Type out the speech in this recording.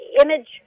image